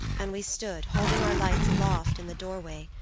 and we stood, holding our lights aloft, in the doorway,